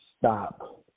stop